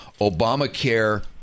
Obamacare